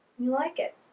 you like it.